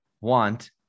want